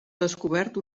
descobert